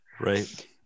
Right